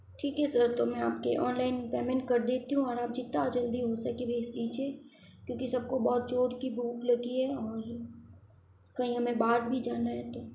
ठीक है सर तो मैं आपके ऑनलाइन पैमेंट कर देती हूँ और आप जितना जल्दी हो सके भेज दीजिए क्योंकि सबको बहुत ज़ोर की भूख लगी है और कहीं हमें बाहर भी जाना है तो